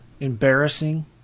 embarrassing